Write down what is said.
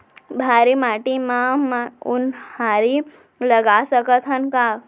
भर्री माटी म उनहारी लगा सकथन का?